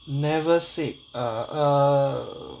never sick uh err